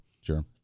Sure